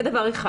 זה דבר אחד.